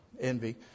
envy